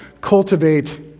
cultivate